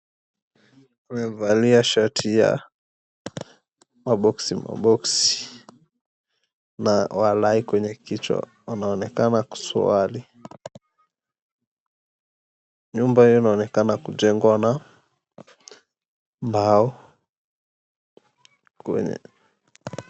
...Amevalia shati ya maboximaboxi na walai kwenye kichwa wanaonekana kuswali. Nyumba hii inaonekana kujengwa na mbao.